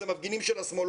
זה מפגינים של השמאל,